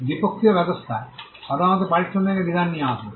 এবং দ্বিপক্ষীয় ব্যবস্থা সাধারণত পারিশ্রমিকের বিধান নিয়ে আসে